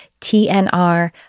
TNR